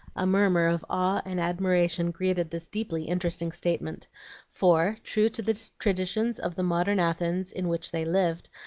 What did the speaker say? a murmur of awe and admiration greeted this deeply interesting statement for, true to the traditions of the modern athens in which they lived,